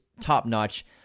top-notch